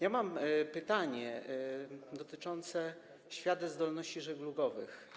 Ja mam pytanie dotyczące świadectw zdolności żeglugowych.